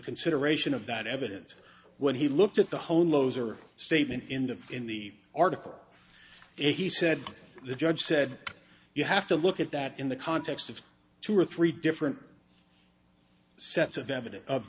consideration of that evidence when he looked at the homos or statement in the in the article he said the judge said you have to look at that in the context of two or three different sets of evidence of